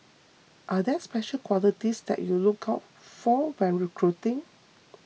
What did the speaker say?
are there special qualities that you look out for when recruiting